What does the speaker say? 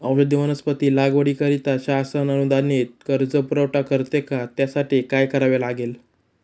औषधी वनस्पती लागवडीकरिता शासन अनुदानित कर्ज पुरवठा करते का? त्यासाठी काय करावे लागेल?